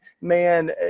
man